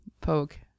poke